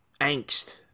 angst